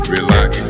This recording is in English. Relax